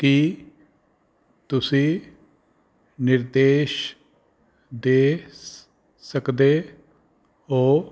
ਕੀ ਤੁਸੀਂ ਨਿਰਦੇਸ਼ ਦੇ ਸਕਦੇ ਹੋ